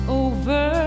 over